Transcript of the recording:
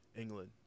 England